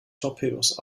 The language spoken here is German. torpedos